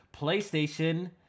PlayStation